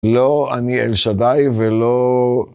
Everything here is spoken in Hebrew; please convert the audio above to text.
לא, אני אל שדי ולא...